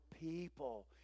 people